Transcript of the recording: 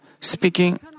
speaking